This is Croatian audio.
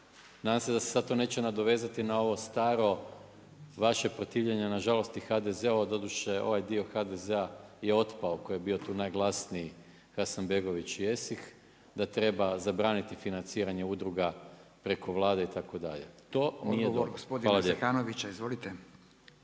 Nadam se da se sad to neće nadovezati na ovo staro vaše protivljenje, nažalost i HDZ-a, doduše ovaj dio HDZ-a je otpao koji je bio tu najglasniji, Hasanbegović i Esih, da treba zabraniti financiranje udruga preko Vlade itd. To nije dobro. Hvala lijepa.